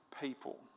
people